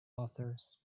authors